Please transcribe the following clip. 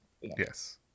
Yes